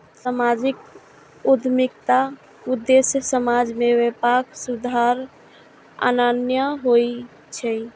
सामाजिक उद्यमिताक उद्देश्य समाज मे व्यापक सुधार आननाय होइ छै